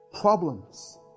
problems